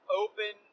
open